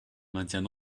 maintiens